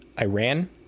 Iran